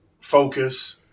focus